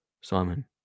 Simon